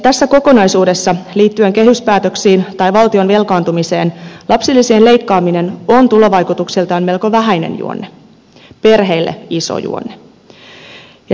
tässä kokonaisuudessa liittyen kehyspäätöksiin tai valtion velkaantumiseen lapsilisien leikkaaminen on tulovaikutuksiltaan melko vähäinen juonne perheille iso juonne